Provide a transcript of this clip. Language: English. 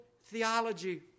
theology